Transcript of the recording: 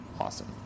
awesome